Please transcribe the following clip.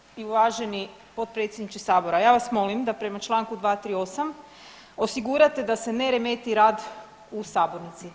Poštovani i uvaženi potpredsjedniče Sabora, ja vas molim da prema članku 238. osigurate da se ne remeti rad u sabornici.